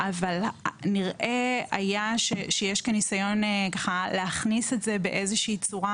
אבל נראה היה שיש כאן ניסיון להכניס את זה באיזושהי צורה